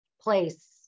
place